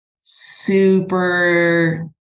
super